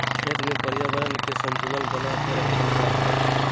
खेत में पर्यावरण के संतुलन बना के रखल जा हइ